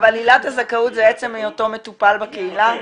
אבל עילת הזכאות זה עצם היותו מטופל בקהילה?